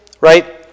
right